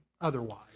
otherwise